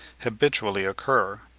habitually occur.